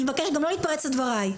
אני מבקשת גם לא להתפרץ לדבריי.